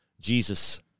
Jesus